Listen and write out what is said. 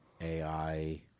AI